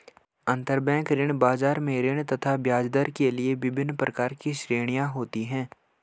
अंतरबैंक ऋण बाजार में ऋण तथा ब्याजदर के लिए विभिन्न प्रकार की श्रेणियां होती है